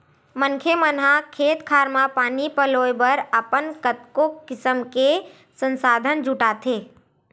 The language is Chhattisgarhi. मनखे मन ह अपन खेत खार म पानी पलोय बर कतको किसम के संसाधन जुटाथे